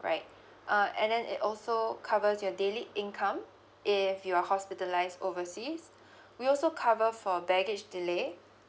alright uh and then it also covers your daily income if you're hospitalized overseas we also cover for baggage delay